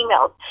emails